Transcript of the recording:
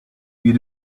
you